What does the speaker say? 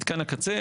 מתקן הקצה,